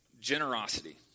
Generosity